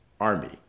Army